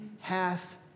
hath